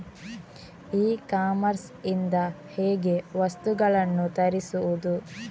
E commerce ಇಂದ ಹೇಗೆ ವಸ್ತುಗಳನ್ನು ತರಿಸುವುದು?